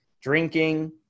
drinking